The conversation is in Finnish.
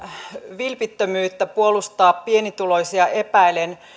vilpittömyyttä puolustaa pienituloisia epäilen